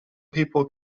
people